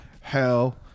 Hell